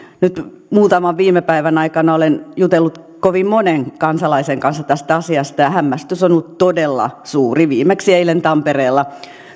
nyt muutaman viime päivän aikana olen jutellut kovin monen kansalaisen kanssa tästä asiasta ja hämmästys on ollut todella suuri viimeksi eilen tampereella